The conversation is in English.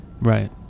Right